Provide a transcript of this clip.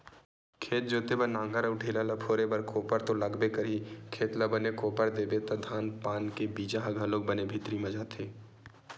खेत जोते बर नांगर अउ ढ़ेला ल फोरे बर कोपर तो लागबे करही, खेत ल बने कोपर देबे त धान पान के बीजा ह घलोक बने भीतरी म जाथे